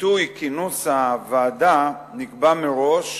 עיתוי כינוס הוועדה נקבע מראש,